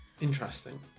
Interesting